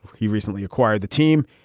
he recently acquired the team.